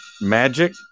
magic